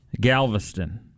Galveston